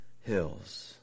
hills